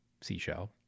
seashell